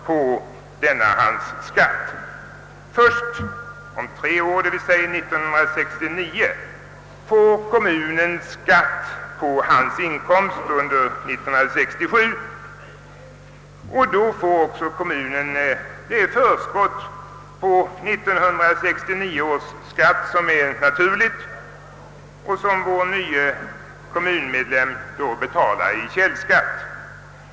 Först efter tre år, d.v.s. i detta fall 1969, får kommunen skatt på hans inkomst för 1967, och då får också kommunen ett förskott på 1969 års skatt som vår nye kommunmedlem då betalar i källskatt.